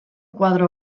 koadro